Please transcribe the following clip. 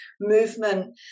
movement